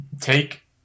take